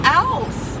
else